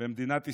במדינת ישראל,